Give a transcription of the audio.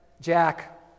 Jack